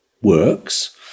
works